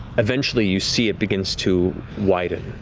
eventually, you see it begins to widen,